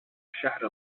الشهر